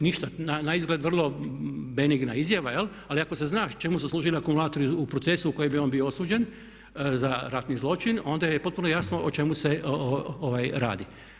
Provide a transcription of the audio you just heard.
Ništa, naizgled benigna izjava ali ako se zna čemu su služili akumulatori u procesu u kojem je on bio osuđen za ratni zločin onda je potpuno jasno o čemu se radi.